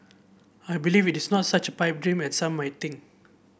I believe it is not such pipe dream as some might think